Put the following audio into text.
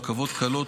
רכבות קלות,